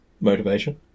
motivation